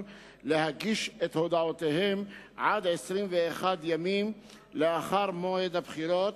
להגיש את הודעותיהם עד 21 ימים לאחר מועד הבחירות,